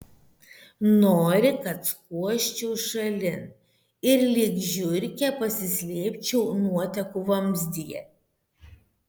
nori kad skuosčiau šalin ir lyg žiurkė pasislėpčiau nuotekų vamzdyje